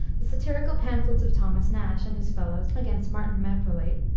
the satirical pamphlets of thomas nash and his fellows, against martin marprelate,